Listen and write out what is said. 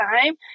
time